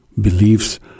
beliefs